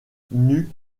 nus